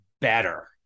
better